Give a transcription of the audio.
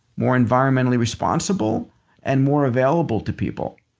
more environmentally responsible and more available to people